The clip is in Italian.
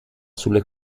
sulle